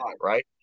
right